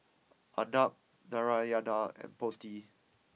Anab Narayana and Potti